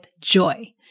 joy